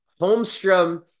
Holmstrom